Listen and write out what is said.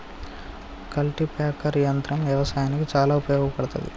cultipacker యంత్రం వ్యవసాయానికి చాలా ఉపయోగపడ్తది